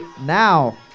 now